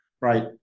Right